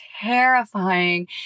terrifying